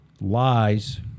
lies